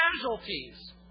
casualties